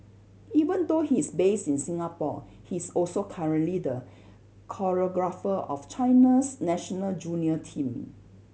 even though he's based in Singapore he's also currently the choreographer of China's national junior team